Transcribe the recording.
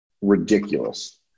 ridiculous